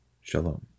Shalom